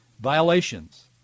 violations